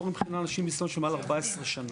מבחינה לאנשים עם ניסיון של מעל 14 שנה.